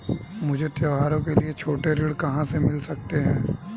मुझे त्योहारों के लिए छोटे ऋण कहां से मिल सकते हैं?